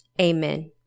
Amen